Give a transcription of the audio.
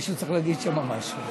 מישהו צריך להגיד שם משהו.